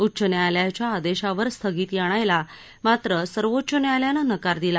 उच्च न्यायालयाच्या आदध्यावर स्थगिती आणायला मात्र सर्वोच्च न्यायालयानं नकार दिला